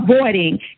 avoiding